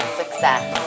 success